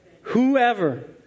whoever